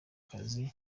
kazi